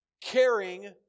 caring